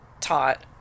taught